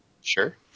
Sure